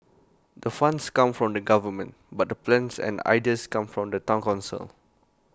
the funds come from the government but the plans and ideas come from the Town Council